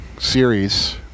series